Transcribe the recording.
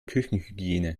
küchenhygiene